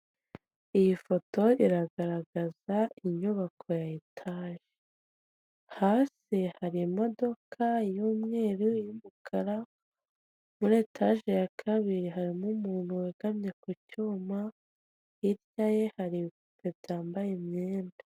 Iyi foto iragaragaza inyubako ya etaje hasi hari imodoka y'umweru, iy'umukara muri etaje ya kabiri harimo umuntu wegamye ku cyuma hirya ye hari ibipupe byambaye imyenda.